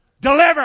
deliver